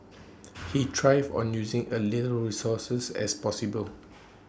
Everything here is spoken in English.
he thrives on using A little resources as possible